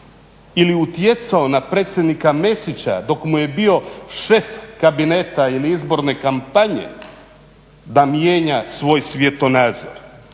ili utjecao na predsjednika Mesića dok mu je bio šef kabineta ili izborne kampanje da mijenja svoj svjetonazor.